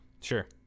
Sure